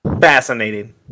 Fascinating